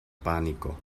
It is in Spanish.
pánico